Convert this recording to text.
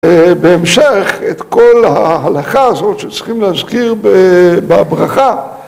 בהמשך את כל ההלכה הזאת שצריכים להזכיר בברכה